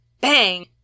BANG